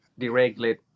deregulate